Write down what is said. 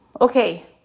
okay